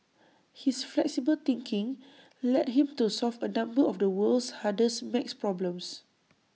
his flexible thinking led him to solve A number of the world's hardest math problems